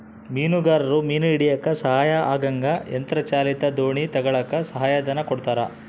ಮೀನುಗಾರರು ಮೀನು ಹಿಡಿಯಕ್ಕ ಸಹಾಯ ಆಗಂಗ ಯಂತ್ರ ಚಾಲಿತ ದೋಣಿ ತಗಳಕ್ಕ ಸಹಾಯ ಧನ ಕೊಡ್ತಾರ